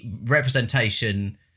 Representation